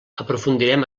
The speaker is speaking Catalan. aprofundirem